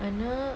I know